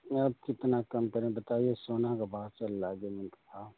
अब कितना कम करें बताइए सोना का भाव चल रहा जमीन क भाव